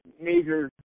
major